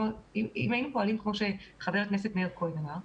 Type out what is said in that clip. אם היינו פועלים כמו שחבר הכנסת מאיר כהן אמר,